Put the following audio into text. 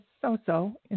so-so